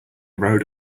rode